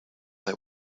that